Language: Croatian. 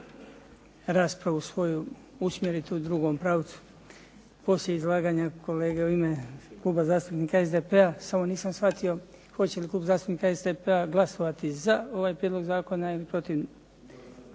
raspravu svoju usmjerit u drugom pravcu poslije izlaganja kolege u ime Kluba zastupnika SDP-a, samo nisam shvatio hoće li Klub zastupnika SDP-a glasovati za ovaj prijedlog zakona ili protiv.